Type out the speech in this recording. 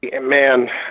man